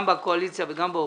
גם בקואליציה וגם באופוזיציה.